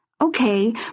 Okay